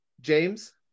James